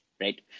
right